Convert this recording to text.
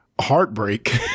heartbreak